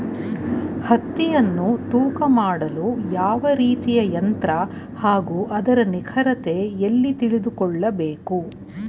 ಹತ್ತಿಯನ್ನು ತೂಕ ಮಾಡಲು ಯಾವ ರೀತಿಯ ಯಂತ್ರ ಹಾಗೂ ಅದರ ನಿಖರತೆ ಎಲ್ಲಿ ತಿಳಿದುಕೊಳ್ಳಬೇಕು?